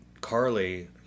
Carly